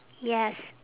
yes